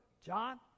John